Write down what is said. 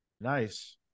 Nice